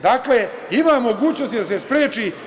Dakle, ima mogućnosti da se spreči.